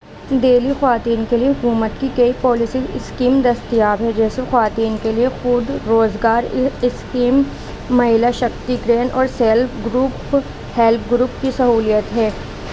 دہلی خواتین کے لیے حکومت کی کئی پالیسیز اسکیم دستیاب ہے جیسے خواتین کے لیے خود روزگار اسکیم مہیلا شکتی گرہن اور سیلف گروپ ہیلپ گروپ کی سہولیت ہے